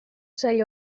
sail